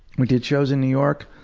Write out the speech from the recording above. we did shows in new york.